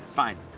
fine.